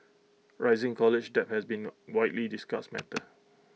rising college debt has been A widely discussed matter